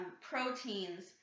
proteins